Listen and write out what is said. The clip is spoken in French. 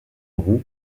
roue